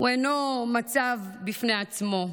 הוא אינו מצב בפני עצמו,